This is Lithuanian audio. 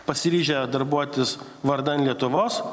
pasiryžę darbuotis vardan lietuvos